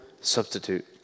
substitute